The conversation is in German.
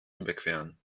überqueren